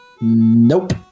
Nope